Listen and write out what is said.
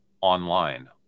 online